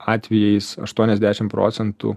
atvejais aštuoniasdešim procentų